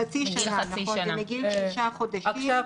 חצי שנה, נכון, זה מגיל שישה חודשים.